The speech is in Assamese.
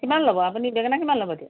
কিমান ল'ব আপুনি বেঙেনা কিমান ল'ব এতিয়া